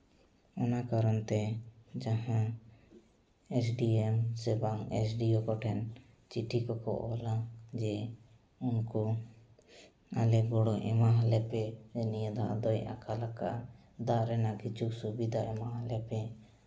ᱚᱱᱟ ᱠᱟᱨᱚᱱᱛᱮ ᱡᱟᱦᱟᱸ ᱮᱥ ᱰᱤ ᱮᱢ ᱥᱮ ᱵᱟᱝ ᱮᱥ ᱰᱤ ᱳ ᱠᱚᱴᱷᱮᱱ ᱪᱤᱴᱷᱤ ᱠᱚᱠᱚ ᱚᱞᱟ ᱡᱮ ᱩᱱᱠᱩ ᱟᱞᱮ ᱜᱚᱲᱚ ᱮᱢᱟᱞᱮᱯᱮ ᱱᱤᱭᱟᱹ ᱫᱷᱟᱣ ᱫᱚᱭ ᱟᱠᱟᱞᱠᱟᱜᱼᱟ ᱫᱟᱜ ᱨᱮᱱᱟᱜ ᱠᱤᱪᱷᱩ ᱥᱩᱵᱤᱫᱷᱟ ᱮᱢᱟᱞᱮᱯᱮ